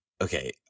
okay